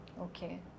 Okay।